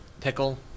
Pickle